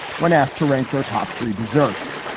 when asked to rank their top three desserts.